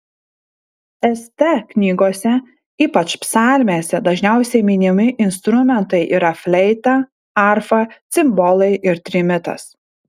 st knygose ypač psalmėse dažniausiai minimi instrumentai yra fleita arfa cimbolai ir trimitas